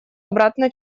обратно